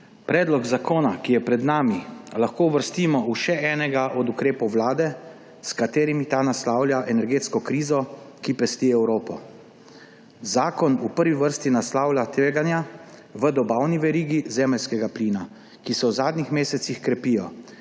Predlog zakona, ki je pred nami, lahko uvrstimo v še enega od ukrepov vlade, s katerimi ta naslavlja energetsko krizo, ki pesti Evropo. Zakon v prvi vrsti naslavlja tveganja v dobavni verigi zemeljskega plina, ki se v zadnjih mesecih krepijo.